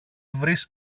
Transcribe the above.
βρεις